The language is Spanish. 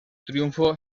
triunfo